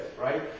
right